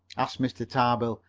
asked mr. tarbill,